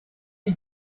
you